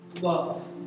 love